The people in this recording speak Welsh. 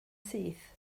syth